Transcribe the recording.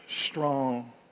strong